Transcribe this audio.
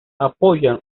apoyan